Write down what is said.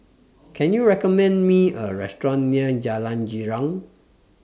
Can YOU recommend Me A Restaurant near Jalan Girang